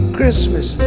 Christmas